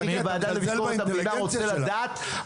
אני והוועדה לביקורת המדינה רוצה לדעת,